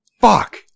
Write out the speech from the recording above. fuck